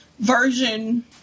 version